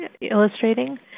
illustrating